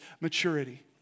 maturity